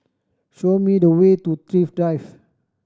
show me the way to Thrift Drive